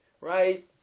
right